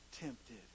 tempted